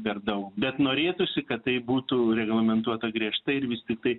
per daug bet norėtųsi kad tai būtų reglamentuota griežtai ir vis tiktai